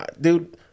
dude